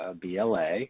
BLA